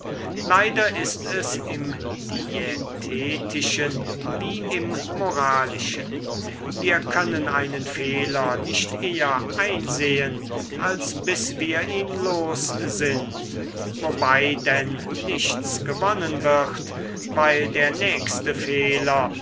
leider ist es im diätetischen wie im moralischen wir können einen fehler nicht eher einsehen als bis wir ihn los sind wobei denn nichts gewonnen wird weil der nächste fehler